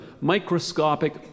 microscopic